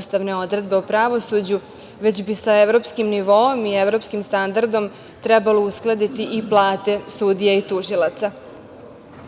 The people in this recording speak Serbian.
ustavne odredbe o pravosuđu, već bih sa evropskim nivoom i evropskim standardom trebalo uskladiti i plate sudija i